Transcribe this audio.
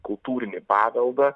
kultūrinį paveldą